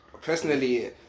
personally